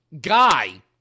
guy